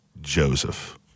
Joseph